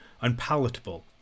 unpalatable